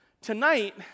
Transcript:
Tonight